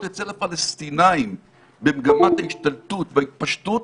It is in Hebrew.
אצל הפלסטינים במגמת ההשתלטות בהתפשטות